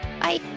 Bye